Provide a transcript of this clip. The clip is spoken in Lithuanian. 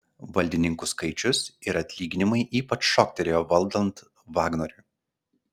valdininkų skaičius ir atlyginimai ypač šoktelėjo valdant vagnoriui